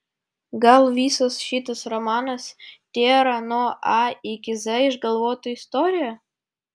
gal visas šitas romanas tėra nuo a iki z išgalvota istorija